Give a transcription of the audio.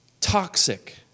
toxic